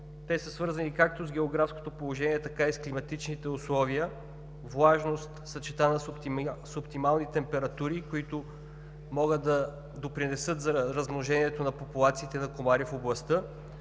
Те са свързани както с географското положение, така и с климатичните условия – влажност, съчетана с оптимални температури, които могат да допринесат за размножението на популациите на комари в областта.